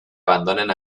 abandonen